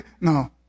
no